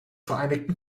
vereinigten